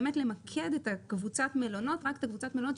באמת למקד רק את קבוצת המלונות שבאמת